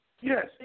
Yes